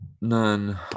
none